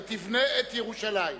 ותבנה את ירושלים.